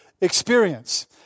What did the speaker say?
experience